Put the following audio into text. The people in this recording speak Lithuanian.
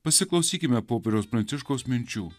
pasiklausykime popiežiaus pranciškaus minčių